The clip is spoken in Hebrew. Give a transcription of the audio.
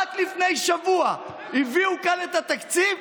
רק לפני שבוע הביאו לכאן את התקציב,